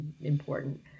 important